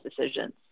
decisions